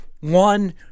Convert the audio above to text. one